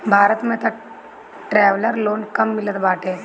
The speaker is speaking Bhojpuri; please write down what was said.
भारत में तअ ट्रैवलर लोन कम मिलत बाटे